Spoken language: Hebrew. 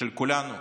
של כולנו,